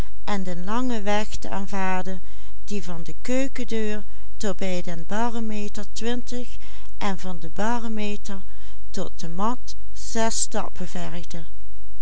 van de keukendeur tot bij den barometer twintig en van den barometer tot de mat zes stappen